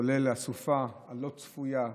שחוללה הסופה הלא-צפויה,